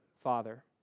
Father